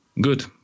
good